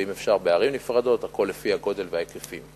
ואם אפשר, בערים נפרדות, הכול לפי הגודל וההיקפים.